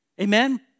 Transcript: Amen